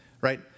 right